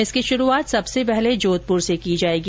इसकी शुरूआत सबसे पहले जोधपुर से की जाएगी